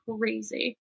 crazy